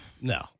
No